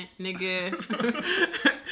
nigga